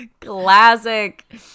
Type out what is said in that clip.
Classic